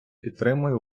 підтримую